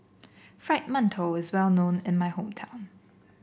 Fried Mantou is well known in my hometown